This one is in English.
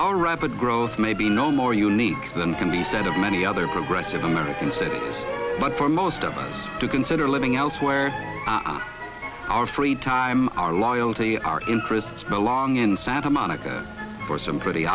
our rapid growth may be no more unique than can be said of many other progressive american cities but for most of us to consider living elsewhere our free time our loyalty our interests belong in santa monica for some pretty